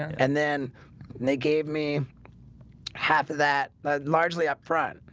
and then they gave me half of that largely upfront,